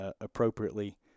appropriately